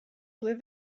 live